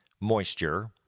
moisture